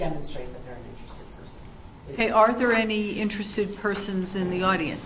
demonstrate they are there any interested persons in the audience